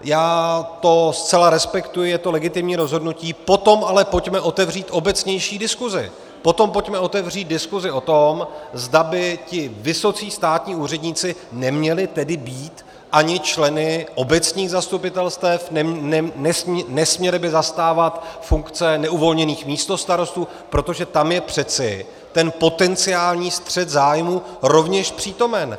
Já to zcela respektuji, je to legitimní rozhodnutí, potom ale pojďme otevřít obecnější diskusi, potom pojďme otevříti diskusi o tom, zda by ti vysocí státní úředníci neměli tedy být ani členy obecních zastupitelstev, nesměli by zastávat funkce neuvolněných místostarostů, protože tam je přece ten potenciální střet zájmů rovněž přítomen.